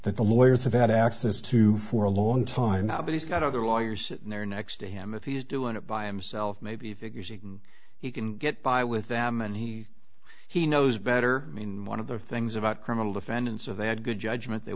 the lawyers have had access to for a long time now but he's got other lawyers in there next to him if he's doing it by himself maybe figures he can he can get by with them and he he knows better i mean one of the things about criminal defendants are they had good judgment the